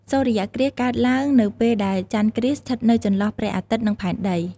សូរ្យគ្រាសកើតឡើងនៅពេលដែល ព្រះចន្ទស្ថិតនៅចន្លោះព្រះអាទិត្យ និងផែនដី ។